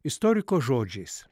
istoriko žodžiais